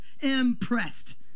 impressed